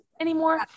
anymore